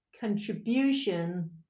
contribution